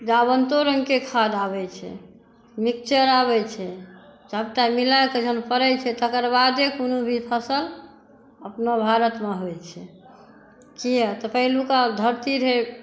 जाबन्तु रंगके खाद आबय छै मिक्सचर आबय छै सभटा मिलाके जहन परय छै तकर बादे कोनो भी फसल अपना भारतमे होइ छै किया तऽ पहिलुका धरती रहै